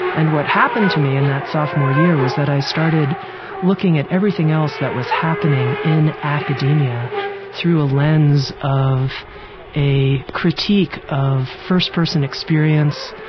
and what happened to me in that sophomore year was that i started looking at everything else that was happening in academia through a lens of a critique of first-person experience,